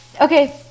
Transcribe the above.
Okay